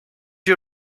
you